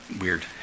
weird